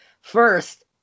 first